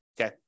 Okay